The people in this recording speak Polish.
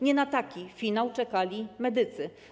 Nie na taki finał czekali medycy.